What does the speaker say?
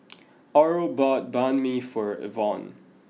Oral bought Banh Mi for Evonne